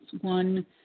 One